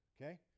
okay